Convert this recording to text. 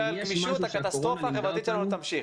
על גמישות הקטסטרופה החברתית שלנו תמשיך.